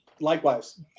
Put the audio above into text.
Likewise